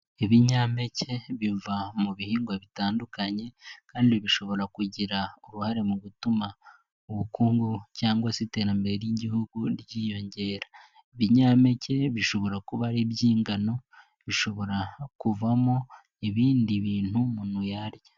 Ibinyampeke biva mu bihingwa bitandukanye kandi bishobora kugira uruhare mu gutuma ubukungu cyangwa se iterambere ry'igihugu ryiyongera, ibinyampeke bishobora kuba ari iby'ingano, bishobora kuvamo ibindi bintu umuntu yarya.